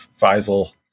Faisal